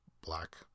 black